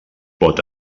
pot